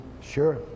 Sure